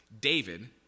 David